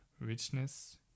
richness